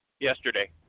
yesterday